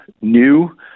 new